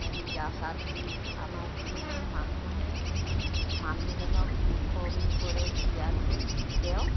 আহি গা চা ধুই আমাৰ যিজন মানুহে মানুহজনক মুখগ্নি কৰে ক্ৰিয়া ধৰে তেওঁ